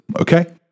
okay